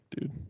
dude